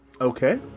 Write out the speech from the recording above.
Okay